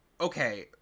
okay